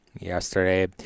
Yesterday